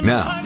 Now